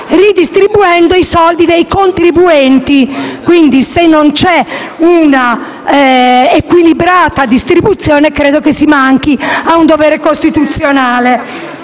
Natale, bensì i soldi dei contribuenti. Pertanto, se non c'è un'equilibrata redistribuzione, credo che si manchi a un dovere costituzionale.